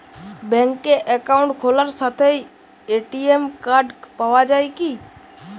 ব্যাঙ্কে অ্যাকাউন্ট খোলার সাথেই এ.টি.এম কার্ড পাওয়া যায় কি?